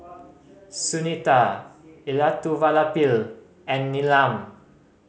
Sunita Elattuvalapil and Neelam